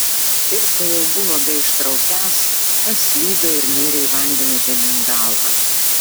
ir kai jau buvo beištraukiąs paslydo ir nėrė į vandenį žemyn galva